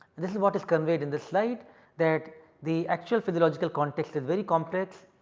this is what is conveyed in the slide that the actual physiological context is very complex.